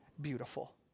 beautiful